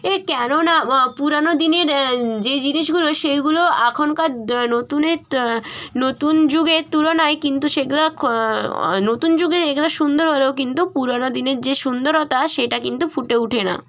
এ কেননা পুরানো দিনের যে জিনিসগুলো সেইগুলো এখনকার নতুনের তো নতুন যুগের তুলনায় কিন্তু সেগুলো খ নতুন যুগের এগুলো সুন্দর হলেও কিন্তু পুরানো দিনের যে সুন্দরতা সেটা কিন্তু ফুটে উঠে না